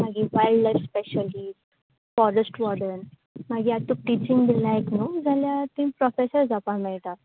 मागीर wildlife specialist forest warden मागीर तुका आतां टिचींग बी लायक न्हू जाल्यार तिंगा प्रोफेसर जावपा मेळटा